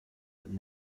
but